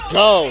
go